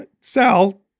Sal